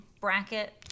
Bracket